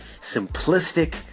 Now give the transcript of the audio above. simplistic